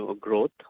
growth